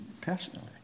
personally